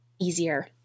easier